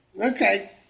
Okay